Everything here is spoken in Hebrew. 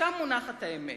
שם מונחת האמת,